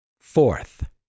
fourth